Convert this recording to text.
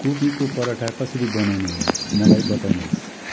कोपीको पराठा कसरी बनाउने हो मलाई बताउनुहोस्